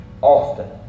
often